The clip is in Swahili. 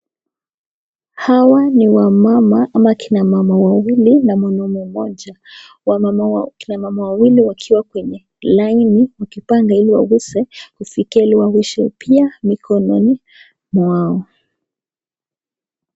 Hawa ni wamama ama kina mama wawili na mwanaume mmoja. Kina mama wawili wakiwa kwenye laini wakipanga ili waweze kufikia ili waoshe pia mikononi mwao.